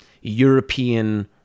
European